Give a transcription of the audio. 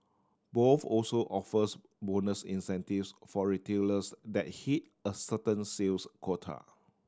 both also offers bonus incentives for retailers that hit a certain sales quota